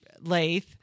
lathe